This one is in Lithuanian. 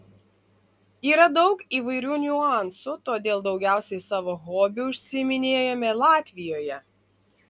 yra daug įvairių niuansų todėl daugiausiai savo hobiu užsiiminėjame latvijoje